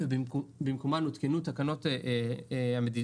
לא ברגע האחרון,